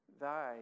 thy